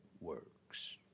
works